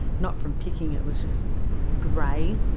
not from picking, it was just grey.